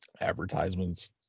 Advertisements